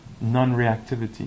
non-reactivity